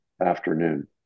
afternoon